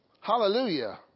Hallelujah